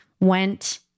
went